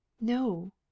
No